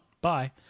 Bye